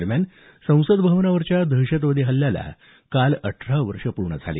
दरम्यान संसद भवनावरच्या दहशतवादी हल्ल्याला काल अठरा वर्ष झाली